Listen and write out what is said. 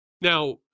Now